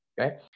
okay